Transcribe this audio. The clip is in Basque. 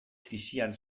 krisian